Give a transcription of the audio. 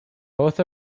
both